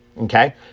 Okay